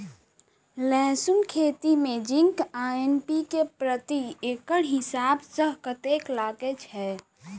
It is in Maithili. लहसून खेती मे जिंक आ एन.पी.के प्रति एकड़ हिसाब सँ कतेक लागै छै?